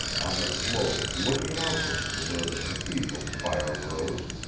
on the slope looking outward to where the cathedral spire rose,